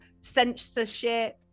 censorship